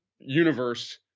universe